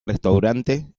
restaurante